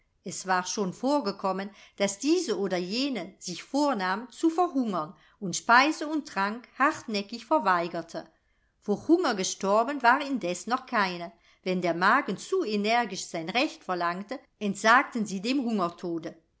es war schon vorgekommen daß diese oder jene sich vornahm zu verhungern und speise und trank hartnäckig verweigerte vor hunger gestorben war indes noch keine wenn der magen zu energisch sein recht verlangte entsagten sie dem hungertode